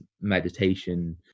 meditation